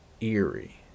eerie